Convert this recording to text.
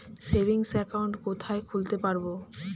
Savings account কোথায় খুলতে পারব?